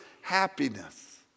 happiness